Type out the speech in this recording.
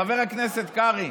חבר הכנסת קרעי,